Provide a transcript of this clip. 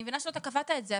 אני מבינה שלא קבעת את זה,